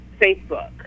Facebook